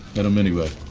and him anyway.